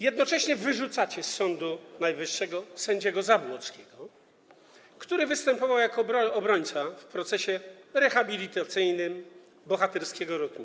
Jednocześnie wyrzucacie z Sądu Najwyższego sędziego Zabłockiego, który występował jako obrońca w procesie rehabilitacyjnym bohaterskiego rotmistrza.